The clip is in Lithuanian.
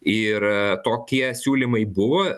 ir tokie siūlymai buvo